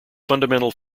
fundamental